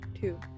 two